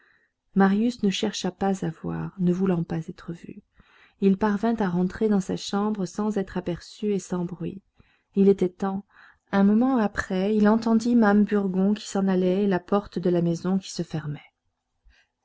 marius ne chercha pas à voir ne voulant pas être vu il parvint à rentrer dans sa chambre sans être aperçu et sans bruit il était temps un moment après il entendit mame burgon qui s'en allait et la porte de la maison qui se fermait